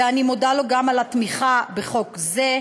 ואני מודה לו גם על התמיכה בחוק זה.